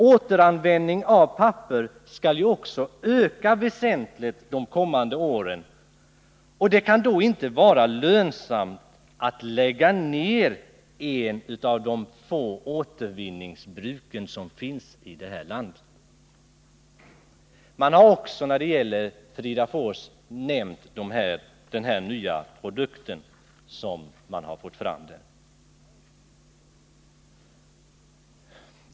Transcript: Återanvändning av papper skall ju öka väsentligt de kommande åren. Det kan då inte vara lönsamt att lägga ner ett av de få återvinningsbruk som finns i det här landet. Det har också när det gäller Fridafors nämnts den nya produkt som man fått fram där.